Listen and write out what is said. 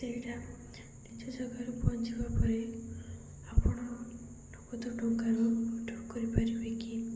ସେଇଟା ନିଜ ଜାଗାରୁ ପହଞ୍ଚିବା ପରେ ଆପଣ ନଗତ ଟଙ୍କାରୁ ୱିଡ୍ରୋ କରିପାରିବେ କି